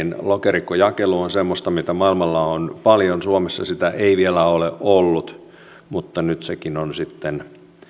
lokerikkojakelu on semmoista mitä maailmalla on paljon suomessa sitä ei vielä ole ollut mutta nyt sekin on sitten